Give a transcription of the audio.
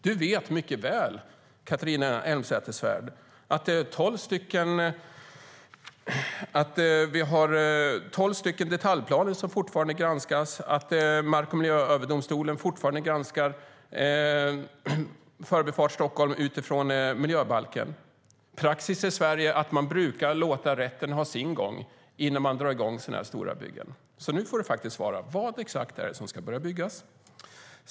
Du vet mycket väl, Catharina Elmsäter-Svärd, att vi har tolv stycken detaljplaner som fortfarande granskas och att Mark och miljööverdomstolen fortfarande granskar Förbifart Stockholm utifrån miljöbalken. Praxis i Sverige är att man brukar låta rätten ha sin gång innan man drar i gång sådana här stora byggen. Nu får du faktiskt svara: Vad exakt är det som ska börja byggas?